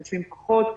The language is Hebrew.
דחופים פחות.